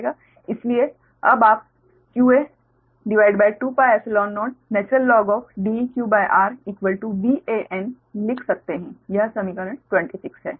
इसलिए आप यह qa2πϵ0 InDeqrVan लिख सकते हैं यह समीकरण 26 है